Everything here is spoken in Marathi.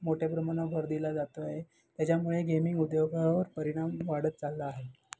मोठ्या प्रमाणा भर दिला जातो आहे त्याच्यामुळे गेमिंग उद्योगावर परिणाम वाढत चालला आहे